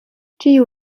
ĉiu